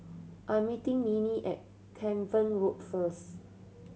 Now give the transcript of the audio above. I'm meeting Minnie at Cavan Road first